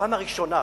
הפעם הראשונה,